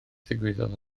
ddigwyddodd